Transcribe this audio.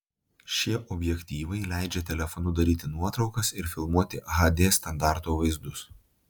šie objektyvai leidžia telefonu daryti nuotraukas ir filmuoti hd standarto vaizdus